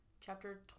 chapter